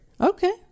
Okay